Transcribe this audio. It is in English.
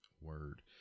Word